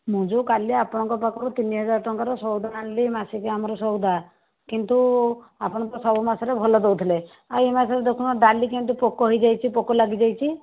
ମୁଁ ଯୋଉ କାଲି ଆପଣଙ୍କ ପାଖରୁ ତିନି ହଜାର ଟଙ୍କାର ସଉଦା ଆଣିଲି ମାସିକିଆ ଆମର ସଉଦା କିନ୍ତୁ ଆପଣ ତ ସବୁ ମାସରେ ଭଲ ଦେଉଥିଲେ ଆଉ ଏ ମାସରେ ଦେଖୁନ ଡ଼ାଲି କେମିତି ପୋକ ହେଇଯାଇଛି ପୋକ ଲାଗିଯାଇଛି